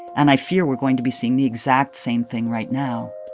and i fear we're going to be seeing the exact same thing right now